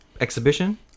exhibition